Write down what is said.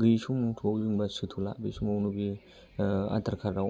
गैयै समावफ्राव जेनोबा सोथ'ला बे समाव होमबा बियो आधार कार्डाव